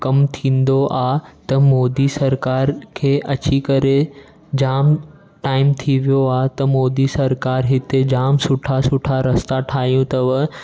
कमु थींदो आहे त मोदी सरकारि खे अची करे जाम टाइम थी वियो आहे त मोदी सरकारि हिते जाम सुठा सुठा रस्ता ठाहियो अथई